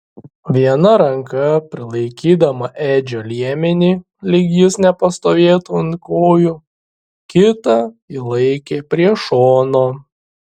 viena ranka prilaikydama edžio liemenį lyg jis nepastovėtų ant kojų kitą ji laikė prie šono